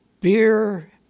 beer